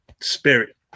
spirit